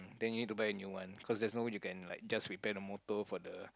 then you need to buy a new one because there's no way you can like just repair the motor for the